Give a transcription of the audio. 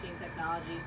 technology